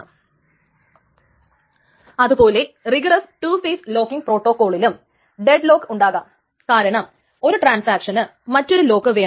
ആദ്യം ഇവയെ വായിച്ചതിനു ശേഷം മാത്രമേ എഴുതാൻ സാധിക്കുകയുള്ളൂ അത് സാധിച്ചില്ലെങ്കിൽ ട്രാൻസാക്ഷൻ അബോർട്ട് ആകും